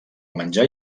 menjar